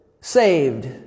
saved